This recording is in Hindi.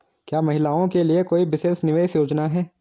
क्या महिलाओं के लिए कोई विशेष निवेश योजना है?